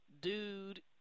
dude